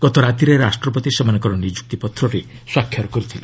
ଗତରାତିରେ ରାଷ୍ଟ୍ରପତି ସେମାନଙ୍କର ନିଯୁକ୍ତିପତ୍ରରେ ସ୍ୱାକ୍ଷର କରିଥିଲେ